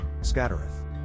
scattereth